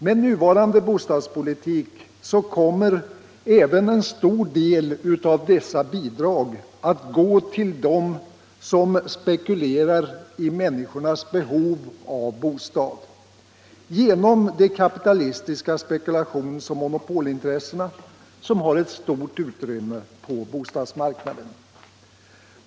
Med nuvarande bostadspolitik kommer även en stor del av dessa bidrag att gå till dem som spekulerar i människornas behov av bostad genom att de kapitalistiska spekulationsoch monopolintressena har ett stort utrymme på bostadsmarknaden.